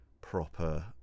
proper